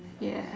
ya